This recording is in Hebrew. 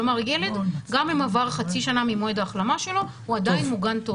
כלומר ילד גם אם עבר חצי שנה ממועד ההחלמה שלו הוא עדיין מוגן טוב.